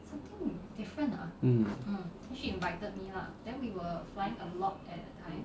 mm